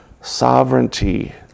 sovereignty